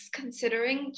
considering